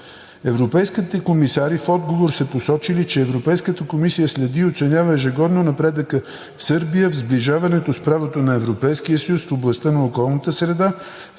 Европейските комисари са посочили, че Европейската комисия следи и оценява ежегодно напредъка „Сърбия в сближаването с правото на Европейския съюз в областта на околната среда“,